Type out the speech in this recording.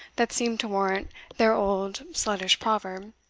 that seemed to warrant their old sluttish proverb,